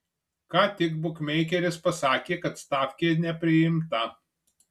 ką tik bukmeikeris pasakė kad stafkė nepriimta